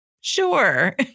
sure